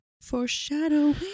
Foreshadowing